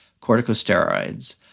corticosteroids